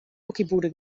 muckibude